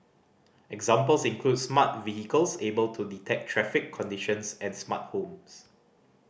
examples include smart vehicles able to detect traffic conditions and smart homes